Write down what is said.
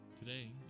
Today